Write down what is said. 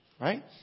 Right